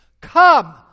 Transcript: Come